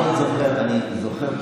בגלל זה את באופוזיציה.